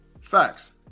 Facts